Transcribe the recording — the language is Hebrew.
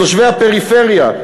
תושבי הפריפריה,